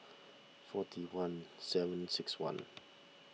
forty one seven six one